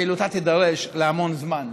פעילותה תידרש להמון זמן.